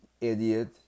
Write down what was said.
Idiot